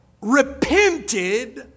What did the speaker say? repented